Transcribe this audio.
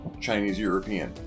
Chinese-European